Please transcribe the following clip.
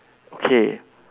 okay